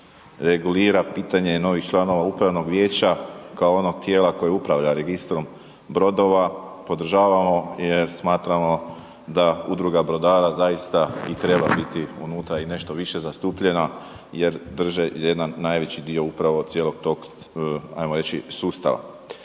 regulira pitanje novih članova upravnog vijeća kao onog tijela koje upravlja Registrom brodova, podržavamo jer smatramo da Udruga brodara zaista i treba biti unutra i nešto više zastupljena jer drže jedan najveći dio upravo cijelog tog, hajmo